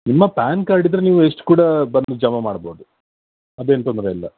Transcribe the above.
ನಿಮ್ಮ PAN card ಇದ್ದರೆ ನೀವು ಎಷ್ಟು ಕೂಡ ಬಂದು ಜಮಾ ಮಾಡಬಹುದು ಅದೇನು ತೊಂದರೆಯಿಲ್ಲ